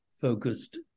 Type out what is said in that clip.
focused